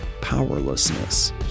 powerlessness